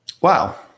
Wow